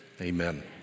amen